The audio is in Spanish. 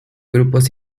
grupos